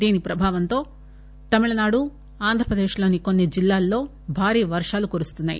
దీని ప్రభావంతో ప్రభావంతో తమిళనాడుఆంధ్ర ప్రదేశ్లోని కొన్ని జిల్లాల్లో భారీ వర్షాలు కురుస్తున్నాయి